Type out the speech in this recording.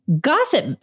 gossip